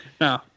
no